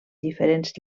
diferents